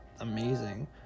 amazing